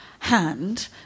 Hand